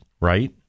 right